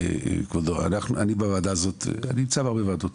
כבודו: אני נמצא בהרבה ועדות,